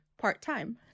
part-time